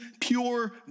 pure